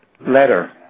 letter